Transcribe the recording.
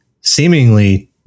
seemingly